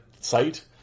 site